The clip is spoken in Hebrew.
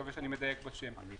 מקווה שאני מדייק בשם.